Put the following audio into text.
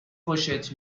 خوشت